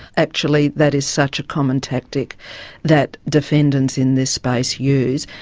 actually that is such a common tactic that defendants in this space use,